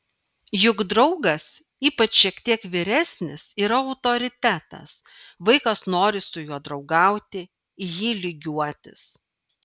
juk draugas ypač šiek tiek vyresnis yra autoritetas vaikas nori su juo draugauti į jį lygiuotis